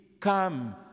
come